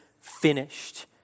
finished